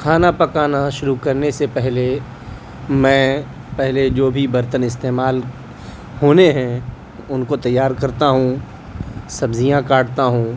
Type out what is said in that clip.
کھانا پکانا شروع کرنے سے پہلے میں پہلے جو بھی برتن استعمال ہونے ہیں ان کو تیار کرتا ہوں سبزیاں کاٹتا ہوں